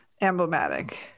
emblematic